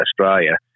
Australia